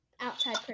Outside